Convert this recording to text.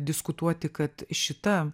diskutuoti kad šita